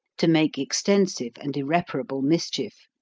to make extensive and irreparable mischief.